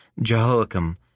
Jehoiakim